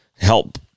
help